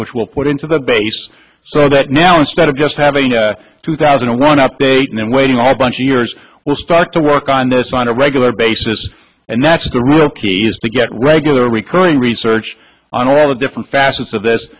which will put into the base so that now instead of just having two thousand and one updating and waiting all bunch of years will start to work on this on a regular basis and that's the real key is to get regular recurring research on all the different facets of this